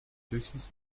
höchstens